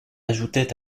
ajoutait